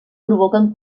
provoquen